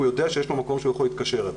הוא יודע שיש לו מקום שהוא יכול להתקשר אליו.